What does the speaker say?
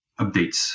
updates